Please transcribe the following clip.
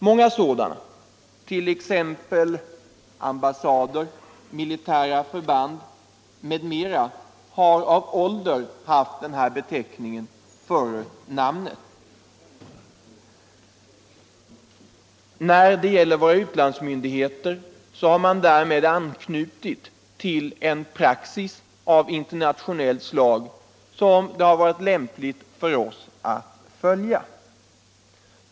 Många sådana, t.ex. ambassader och olika militära förband, har av ålder haft den beteckningen före namnet. När det gäller våra utlandsmyndigheter har man därmed anknutit till internationell praxis.